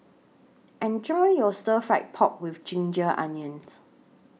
Enjoy your Stir Fry Pork with Ginger Onions